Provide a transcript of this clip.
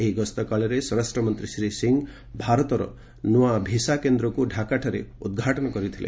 ଏହିଗସ୍ତ କାଳରେ ସ୍ୱରାଷ୍ଟ୍ରମନ୍ତ୍ରୀ ଶ୍ରୀ ସିଂ ଭାରତର ନୂଆ ଭିସାକେନ୍ଦ୍ରକୁ ଢାକାଠାରେ ଉଦ୍ଘାଟନ କରିଥିଲେ